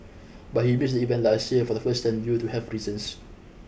but he missed event last year for the first time due to health reasons